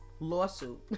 lawsuit